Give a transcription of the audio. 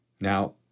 Now